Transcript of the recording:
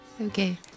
Okay